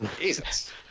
Jesus